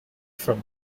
from